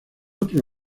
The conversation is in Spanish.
otro